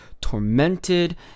tormented